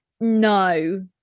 no